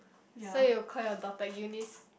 so you will call your daughter Eunice